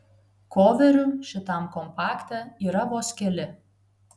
koverių šitam kompakte yra vos keli